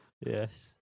Yes